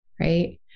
Right